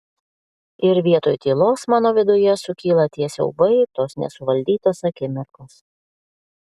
ir vietoj tylos mano viduje sukyla tie siaubai tos nesuvaldytos akimirkos